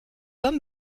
pas